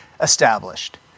established